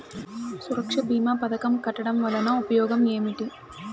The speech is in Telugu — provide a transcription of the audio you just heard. సురక్ష భీమా పథకం కట్టడం వలన ఉపయోగం ఏమిటి?